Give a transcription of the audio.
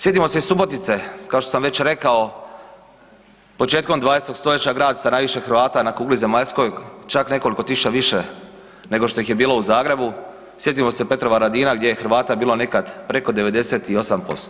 Sjetimo se i Subotice, kao što sam već rekao, početkom 20. st. grad sa najviše Hrvata na kugli zemaljskoj, čak nekoliko tisuća više nego što ih je bilo u Zagrebu, sjetimo se Petrovaradina gdje je Hrvata bila nekad preko 98%